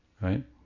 Right